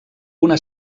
una